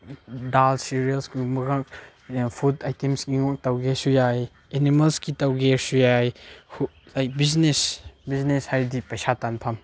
ꯗꯥꯜ ꯁꯤꯔꯤꯌꯦꯜꯁꯒꯨꯝꯕ ꯈꯛ ꯐꯨꯠ ꯑꯥꯏꯇꯦꯝꯁꯀꯤ ꯃꯍꯨꯠ ꯇꯧꯒꯦꯁꯨ ꯌꯥꯏ ꯑꯦꯅꯤꯃꯦꯜꯁꯀꯤ ꯇꯧꯒꯦ ꯍꯥꯏꯔꯁꯨ ꯌꯥꯏ ꯂꯥꯏꯛ ꯕꯤꯖꯤꯅꯦꯁ ꯕꯤꯖꯤꯅꯦꯁ ꯍꯥꯏꯔꯗꯤ ꯄꯩꯁꯥ ꯇꯥꯟꯐꯝ